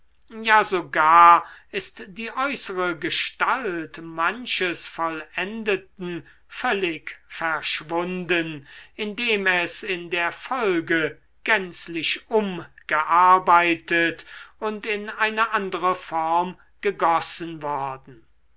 ja sogar ist die äußere gestalt manches vollendeten völlig verschwunden indem es in der folge gänzlich umgearbeitet und in eine andere form gegossen worden